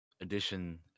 edition